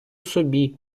собі